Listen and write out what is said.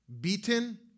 beaten